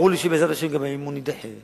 ברור לי שבעזרת השם האי-אמון גם יידחה.